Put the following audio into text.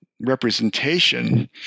representation